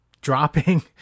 dropping